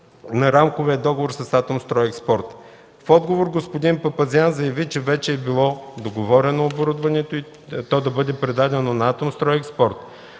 на рамковия договор с „Атомстройекспорт”. В отговор господин Папазян заяви, че вече е било договорено то да бъде продадено на „Атомстройекспорт”.